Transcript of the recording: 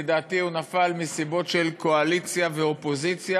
ולדעתי הוא נפל מסיבות של קואליציה ואופוזיציה,